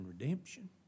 redemption